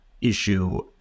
issue